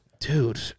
dude